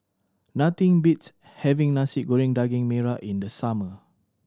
nothing beats having Nasi Goreng Daging Merah in the summer